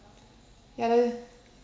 ya lah